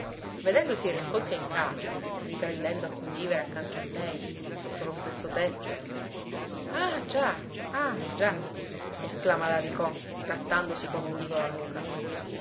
vedendosi riaccolto in casa riprendendo a convivere accanto a lei sotto lo stesso tetto ah già ah già esclama l'aricò grattandosi con un dito la nuca